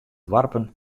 doarpen